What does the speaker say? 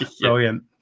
brilliant